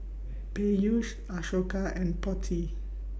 Peyush Ashoka and Potti